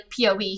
PoE